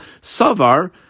Savar